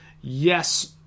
yes